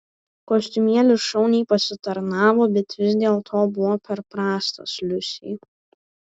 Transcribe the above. kostiumėlis šauniai pasitarnavo bet vis dėlto buvo per prastas liusei